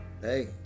hey